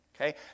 Okay